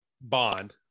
Bond